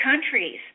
countries